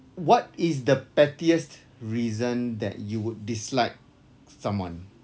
what is the pettiest reason that you would dislike someone